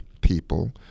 people